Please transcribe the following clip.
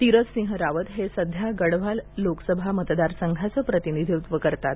तीरथ सिंह रावत हे सध्या गढवाल लोकसभा मतदारसंघाचं प्रतिनिधीत्व करतात